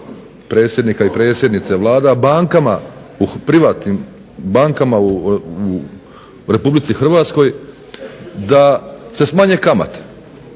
predsjednika i predsjednica vlada bankama privatnim bankama u RH da smanje kamate.